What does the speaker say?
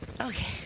Okay